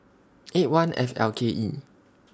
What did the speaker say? eight one F L K E